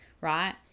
right